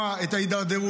הינה,